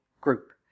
group